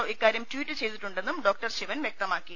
O ഇക്കാര്യം tweet ചെയ്തിട്ടുണ്ടെന്നും doctor Sivan വ്യക്തമാക്കി